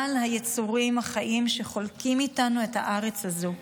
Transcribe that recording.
היצורים החיים שחולקים איתנו את הארץ הזאת.